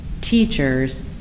teachers